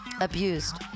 abused